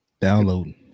Downloading